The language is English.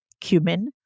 cumin